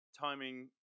timing